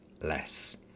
less